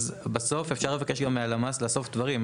בסוף, אפשר לבקש גם מהלמ"ס לאסוף דברים.